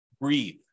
breathe